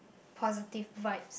positive vibes